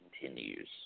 continues